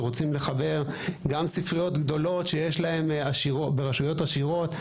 שרוצים לחבר גם ספריות גדולות ברשויות עשירות,